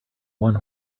one